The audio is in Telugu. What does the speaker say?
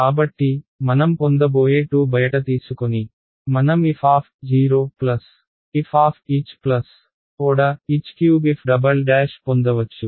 కాబట్టి మనం పొందబోయే 2 బయట తీసుకొని మనం ffoh3f" పొందవచ్చు